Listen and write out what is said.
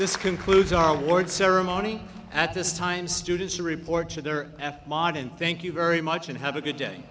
this concludes our award ceremony at this time students to report to their f modern thank you very much and have a good day